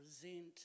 present